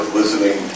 listening